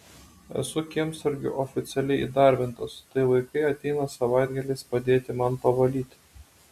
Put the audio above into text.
esu kiemsargiu oficialiai įdarbintas tai vaikai ateina savaitgaliais padėti man pavalyti